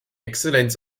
exzellenz